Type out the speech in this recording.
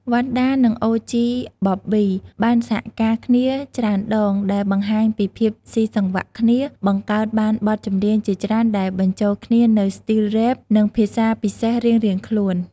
វណ្ណដា និង OG Bobby បានសហការគ្នាច្រើនដង ដែលបង្ហាញពីភាពស៊ីសង្វាក់គ្នា បង្កើតបានបទចម្រៀងជាច្រើនដែលបញ្ចូលគ្នានូវស្ទីលរ៉េប និងភាសាពិសេសរៀងៗខ្លួន។